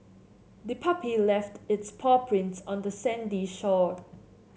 the puppy left its paw prints on the sandy shore